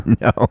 no